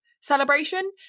celebration